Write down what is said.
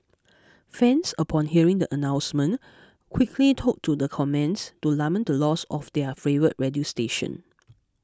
fans upon hearing the announcement quickly took to the comments to lament the loss of their favourite radio station